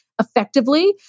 effectively